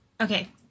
okay